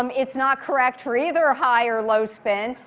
um it's not correct for either high or low spin.